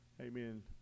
amen